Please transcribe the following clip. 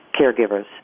caregivers